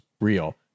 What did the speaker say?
real